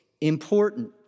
important